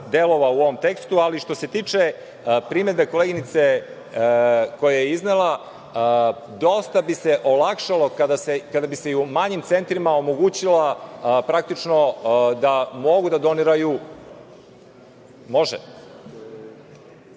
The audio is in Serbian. delova u ovom tekstu, ali što se tiče primedbe koleginice, koju je iznela, dosta bi se olakšalo kada bi se i u manjim centrima omogućilo praktično da mogu da doniraju